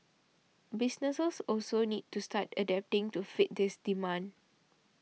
businesses also need to start adapting to fit this demand